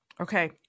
Okay